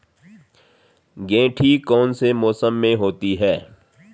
गेंठी कौन से मौसम में होती है?